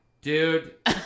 dude